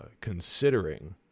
considering